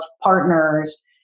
partners